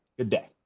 good day.